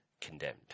condemned